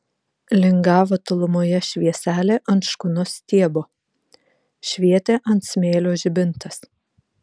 lingavo tolumoje švieselė ant škunos stiebo švietė ant smėlio žibintas